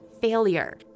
failure